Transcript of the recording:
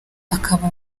akaba